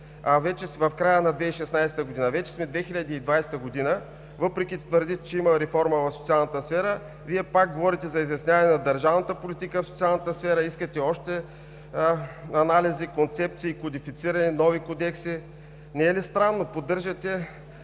Вече сме 2020 г. Въпреки че твърдите, че има реформа в социалната сфера, Вие пак говорите за изясняване на държавната политика в социалната сфера, искате още анализи, концепции, кодифициране, нови кодекси. Не е ли странно, че поддържате